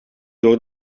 door